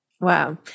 Wow